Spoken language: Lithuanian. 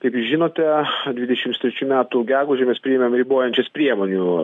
kaip žinote dvidešims trečių metų gegužę mes priėmėm ribojančias priemonių